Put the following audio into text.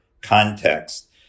context